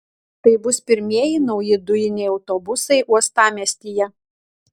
tai bus pirmieji nauji dujiniai autobusai uostamiestyje